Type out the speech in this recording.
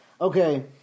okay